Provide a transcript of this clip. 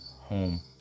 home